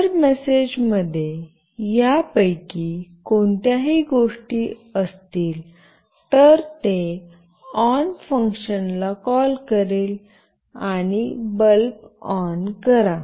जर मेसेज मध्ये यापैकी कोणत्याही गोष्टी असतील तर ते ऑन फंक्शनला कॉल करेल आणि बल्ब ऑन करा